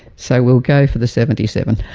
so we'll go for the seventy seven.